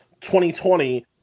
2020